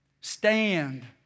stand